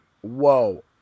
whoa